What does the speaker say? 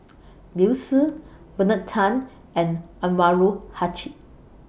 Liu Si Bernard Tan and Anwarul Haque